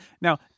Now